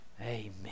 Amen